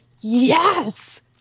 yes